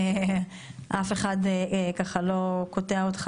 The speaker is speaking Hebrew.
אף אחד לא קוטע אותך,